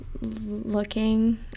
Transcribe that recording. looking